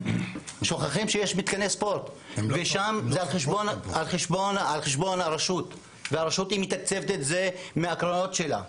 שם זה על חשבון הרשות והיא מתקצבת הזה מהקרנות שלה.